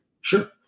Sure